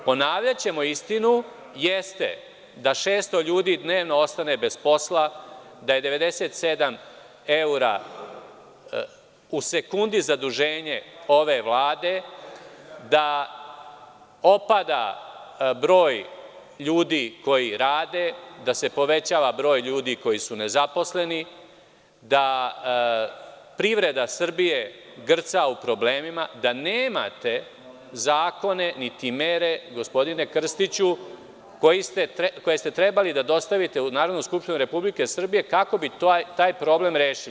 Ponavljaćemo istinu, jeste da 600 ljudi dnevno ostane bez posla, da je 97 evra u sekundi zaduženje ove vlade, da opada broj ljudi koji rade, da se povećava broj ljudi koji su nezaposleni, da privreda Srbije grca u problemima, da nemate zakone niti mere gospodine Krstiću, koje ste trebali da dostavite u Narodnu skupštinu Republike Srbije, kako bi taj problem rešili.